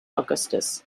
augustus